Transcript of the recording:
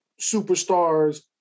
superstars